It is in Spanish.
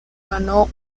ganó